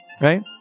right